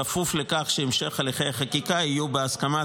בכפוף לכך שהמשך הליכי החקיקה יהיה בהסכמת